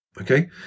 Okay